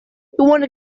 wanna